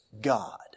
God